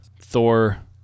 Thor